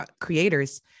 creators